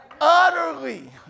Utterly